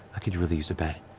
i could really use a bed.